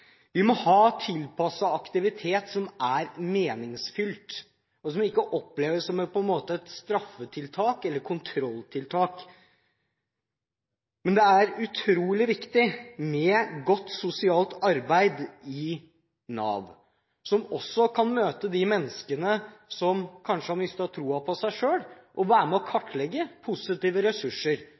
Vi må ha tilpasset aktivitet som er meningsfylt, og som ikke oppleves som et straffetiltak eller kontrolltiltak. Men det er utrolig viktig med godt sosialt arbeid i Nav, slik at de også kan møte de menneskene som kanskje har mistet troen på seg selv, og være med og kartlegge positive ressurser.